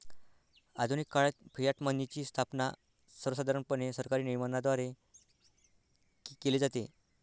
आधुनिक काळात फियाट मनीची स्थापना सर्वसाधारणपणे सरकारी नियमनाद्वारे केली जाते